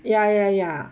ya ya ya